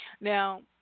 Now